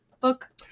book